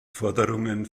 forderungen